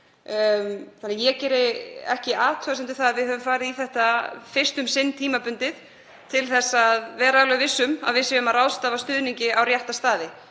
skili. Ég geri því ekki athugasemd við að við höfum farið í þetta fyrst um sinn tímabundið til að vera alveg viss um að við séum að ráðstafa stuðningi á rétta staði.